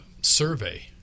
survey